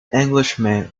englishman